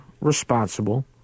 responsible